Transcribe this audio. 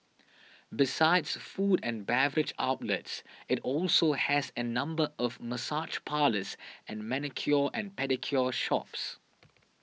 besides food and beverage outlets it also has a number of massage parlours and manicure and pedicure shops